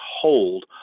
hold